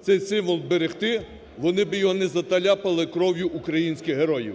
цей символ вберегти, вони би його не заляпали кров'ю українських героїв.